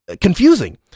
confusing